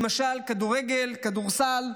למשל כדורגל, כדורסל,